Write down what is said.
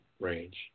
range